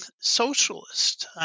socialist